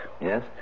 Yes